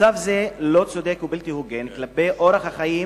מצב זה לא צודק ובלתי הוגן כלפי אורח החיים